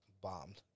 bombed